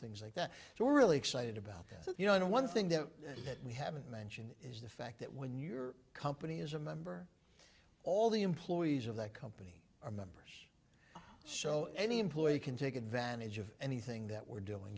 things like that so we're really excited about that so you know one thing that that we haven't mentioned is the fact that when your company is a member all the employees of that company are members so any employee can take advantage of anything that we're doing